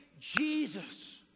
Jesus